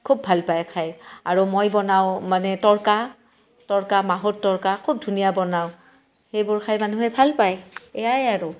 খুব ভাল পায় খাই আৰু মই বনাওঁ মানে তৰকা তৰকা মাহৰ তৰকা খুব ধুনীয়া বনাওঁ সেইবোৰ খাই মানুহে ভাল পায় এয়াই আৰু